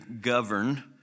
govern